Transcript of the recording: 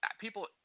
People